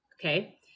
okay